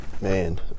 Man